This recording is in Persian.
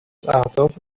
اهداف